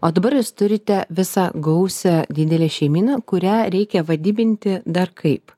o dabar jūs turite visą gausią didelę šeimyną kurią reikia vadybinti dar kaip